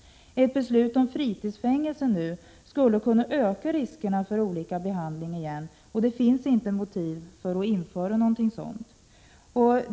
Ett beslut om fritidsfängelse skulle öka riskerna för olika behandling igen, och det finns inte motiv för att införa något sådant.